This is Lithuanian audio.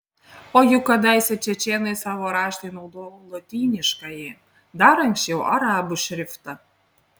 o juk kadaise čečėnai savo raštui naudojo lotyniškąjį dar anksčiau arabų šriftą